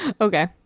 Okay